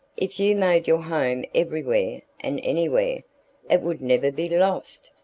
if you made your home everywhere and anywhere, it would never be lost.